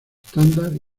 standard